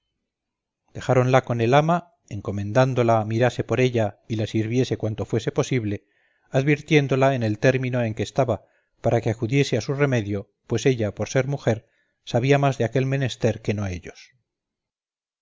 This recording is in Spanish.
muestra dejáronla con el ama encomendándola mirase por ella y la sirviese cuanto fuese posible advirtiéndola en el término en que estaba para que acudiese a su remedio pues ella por ser mujer sabía más de aquel menester que no ellos